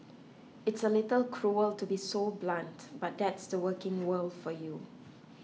it's a little cruel to be so blunt but that's the working world for you